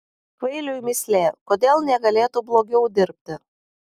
kvailiui mįslė kodėl negalėtų blogiau dirbti